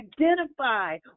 identify